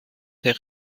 der